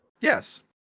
Yes